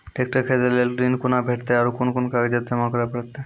Tractor खरीदै लेल ऋण कुना भेंटते और कुन कुन कागजात जमा करै परतै?